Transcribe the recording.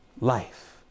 life